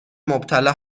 مبتلا